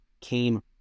came